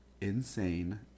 insane